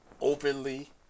openly